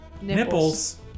nipples